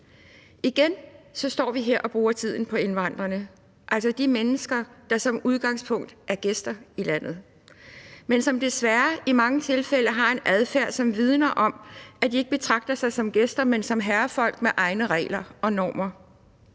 Igen står vi her og bruger tiden på indvandrerne – altså de mennesker, der som udgangspunkt er gæster i landet, men som desværre i mange tilfælde har en adfærd, som vidner om, at de ikke betragter sig som gæster, men som herrefolk med egne regler og normer.